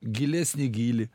gilesnį gylį